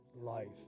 life